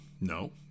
No